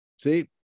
see